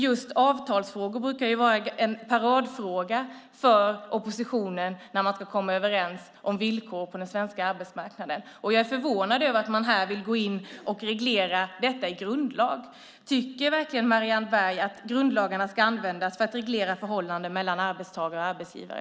Just avtalsfrågor brukar vara en paradfråga för oppositionen när man ska komma överens om villkor på den svenska arbetsmarknaden. Jag är förvånad över att man här vill gå in och reglera detta i grundlag. Tycker verkligen Marianne Berg att grundlagarna ska användas för att reglera förhållanden mellan arbetstagare och arbetsgivare?